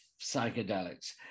psychedelics